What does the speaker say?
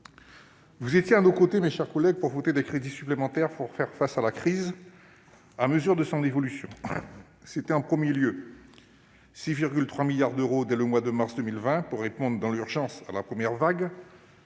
Vous étiez à nos côtés, mes chers collègues, pour voter des crédits supplémentaires pour faire face à la crise tout au long de son évolution : 6,3 milliards d'euros dès le mois de mars 2020, pour répondre dans l'urgence à la première vague,